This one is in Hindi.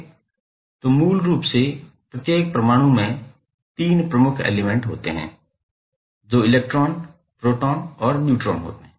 तो मूल रूप से प्रत्येक परमाणु में 3 प्रमुख एलिमेंट होते हैं जो इलेक्ट्रॉन प्रोटॉन और न्यूट्रॉन होते हैं